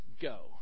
go